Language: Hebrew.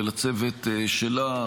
ולצוות שלה,